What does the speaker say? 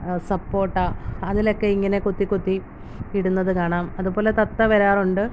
സപ്പോർട്ട അതിലൊക്കെ ഇങ്ങനെ കൊത്തി കൊത്തി ഇടുന്നത് കാണാം അതുപോലെ തത്ത വരാറുണ്ട്